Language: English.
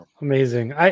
Amazing